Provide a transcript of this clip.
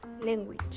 language